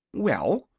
well,